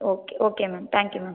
okay okay ma'am thank you ma'am